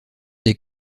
des